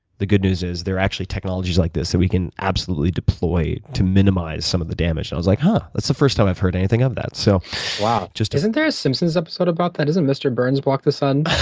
the good news is there are actually technologies like this that we can absolutely deploy to minimize some of the damage. and i was like, huh, that's the first time i've heard anything of that. so wow. isn't there a simpson's episode about that? doesn't mr. burns block the sun?